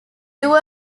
dual